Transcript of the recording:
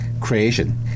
creation